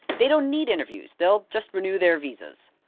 they don't need interviews they'll just renew their visas.